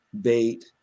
bait